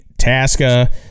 Tasca